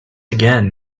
again